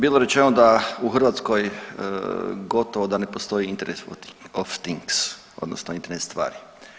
Bilo je rečeno da u Hrvatskoj gotovo da ne postoji internet of things odnosno internet stvari.